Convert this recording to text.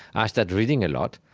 i started reading a lot.